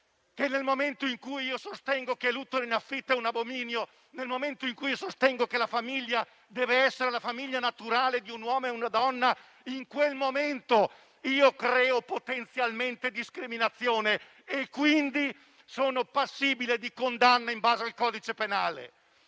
che nel momento in cui sostengo che l'utero in affitto è un abominio e che la famiglia deve essere quella naturale di un uomo e una donna, in quel momento creo potenzialmente discriminazione, quindi sono passibile di condanna in base al codice penale.